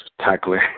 tackling